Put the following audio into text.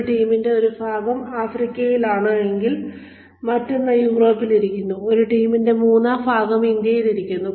ഒരു ടീമിന്റെ ഒരു ഭാഗം ആഫ്രിക്കയിലാണെങ്കിൽ മറ്റൊന്ന് യൂറോപ്പിൽ ഇരിക്കുന്നു ആ ടീമിന്റെ മൂന്നാം ഭാഗം ഇന്ത്യയിൽ ഇരിക്കുന്നു